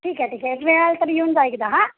ठीक आहे ठीक आहे मिळाला तर येऊन जा एकदा हां